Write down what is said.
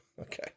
Okay